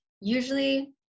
usually